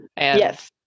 Yes